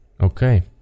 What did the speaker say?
Okay